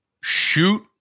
shoot